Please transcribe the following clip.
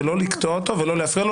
לא לקטוע אותו ולא להפריע לו.